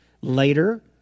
Later